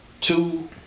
Two